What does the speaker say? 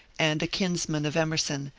and a kinsman of emerson,